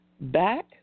back